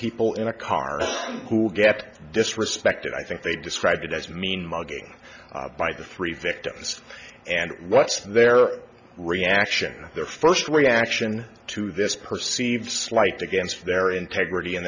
people in a car who get disrespected i think they describe it as mean mugging by the three victims and what's their reaction their first reaction to this perceived slight against their integrity and